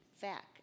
fact